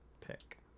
pick